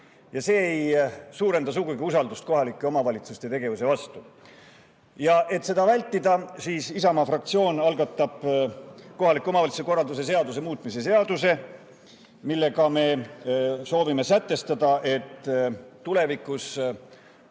See ei suurenda sugugi usaldust kohalike omavalitsuste tegevuse vastu. Et seda vältida, algatab Isamaa fraktsioon kohaliku omavalitsuse korralduse seaduse muutmise seaduse, millega me soovime sätestada, et tulevikus